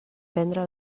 prendre